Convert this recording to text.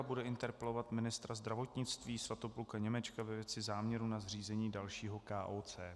Bude interpelovat ministra zdravotnictví Svatopluka Němečka ve věci záměru na zřízení dalšího KOC.